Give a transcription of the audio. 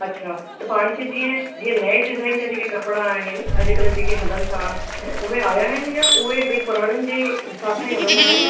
अच्छा त पाण खे जीअं जीअं नए डिजाइन जा जेके कपिड़ा आहिनि अॼु कल्ह जेके हलनि था ऐं उहे आया आहिन या उहे भई पुराणनि जे हिसाब सां ई हलंदा आहियो